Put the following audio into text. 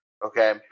Okay